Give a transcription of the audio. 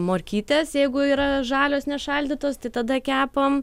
morkytes jeigu yra žalios nešaldytos tai tada kepam